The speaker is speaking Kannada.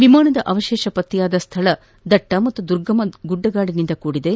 ವಿಮಾನದ ಅವಶೇಷ ಪತ್ತೆಯಾದ ಸ್ಥಳ ದಟ್ಟ ಹಾಗೂ ದುರ್ಗಮ ಗುಡ್ಲಗಾದಿನಿಂದ ಕೂಡಿದೆ